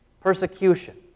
persecution